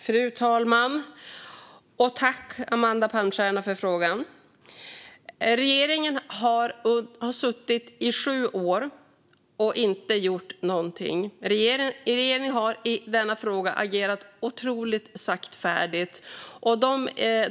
Fru talman! Jag tackar Amanda Palmstierna för frågan. Regeringen har suttit i sju år och inte gjort någonting. Regeringen har i denna fråga agerat otroligt saktfärdigt.